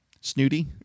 snooty